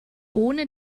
ohne